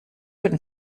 and